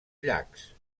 llacs